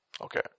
Okay